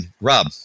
Rob